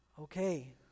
Okay